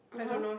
(uh huh)